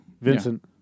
Vincent